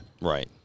right